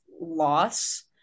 loss